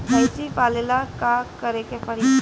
भइसी पालेला का करे के पारी?